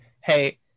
hey